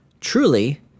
truly